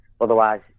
Otherwise